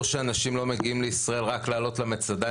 שאנשים לא מגיעים לישראל רק לעלות למצדה.